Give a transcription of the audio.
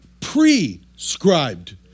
prescribed